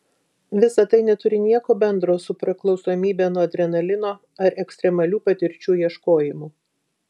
visa tai neturi nieko bendro su priklausomybe nuo adrenalino ar ekstremalių patirčių ieškojimu